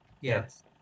Yes